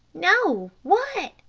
no what?